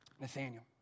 Nathaniel